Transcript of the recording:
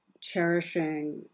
cherishing